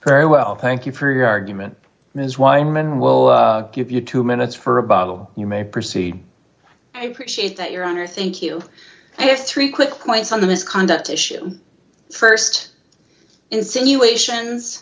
per well thank you for your argument as weinmann will give you two minutes for a bottle you may proceed i appreciate that your honor thank you i have three quick points on the misconduct issue st insinuations